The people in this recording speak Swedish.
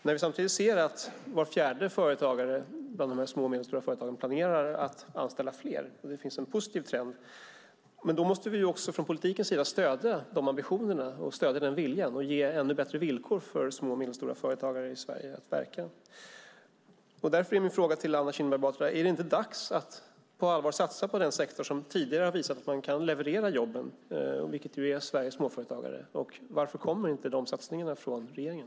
När vi samtidigt ser att var fjärde företagare bland de små och medelstora företagen planerar att anställa fler och det finns en positiv trend måste vi också från politikens sida stödja dessa ambitioner och denna vilja och ge ännu bättre villkor för små och medelstora företag att verka. Därför är min fråga till Anna Kinberg Batra: Är det inte dags att på allvar satsa på den sektor som tidigare har visat att den kan leverera jobben, nämligen Sveriges småföretagare? Varför kommer inte dessa satsningar från regeringen?